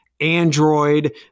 Android